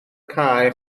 cae